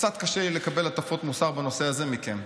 קצת קשה לי לקבל הטפות מוסר בנושא הזה מכם.